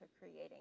creating